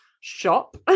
shop